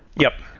yup.